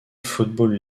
football